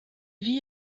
vit